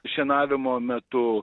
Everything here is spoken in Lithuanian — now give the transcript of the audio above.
šienavimo metu